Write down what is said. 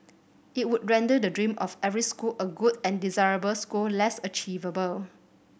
it would render the dream of every school a good and desirable school less achievable